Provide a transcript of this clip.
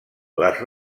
les